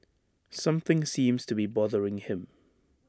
something seems to be bothering him